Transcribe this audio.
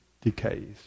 decays